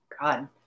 god